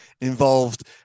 involved